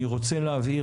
אני רוצה להבהיר,